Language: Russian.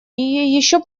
еще